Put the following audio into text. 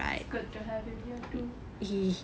it's good to have you here too